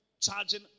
charging